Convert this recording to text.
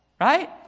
Right